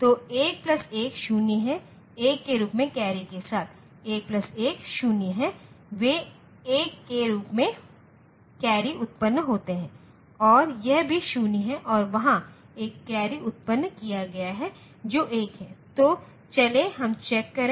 तो 1 प्लस 1 0 है 1 के रूप में कैरी के साथ 1 प्लस 1 0 है वे 1 के रूप में कैरी उत्पन्न होते हैं और यह भी 0 है और वहाँ एक कैरी उत्पन्न किया गया हैजो 1 है तो चले हम चेक करें